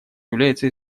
является